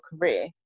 career